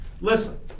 Listen